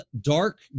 dark